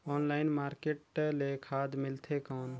Online market ले खाद मिलथे कौन?